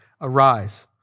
arise